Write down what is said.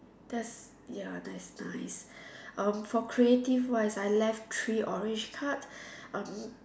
that's ya that's nice um for creative wise I left three orange cards um